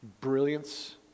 brilliance